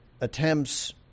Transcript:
attempts